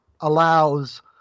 allows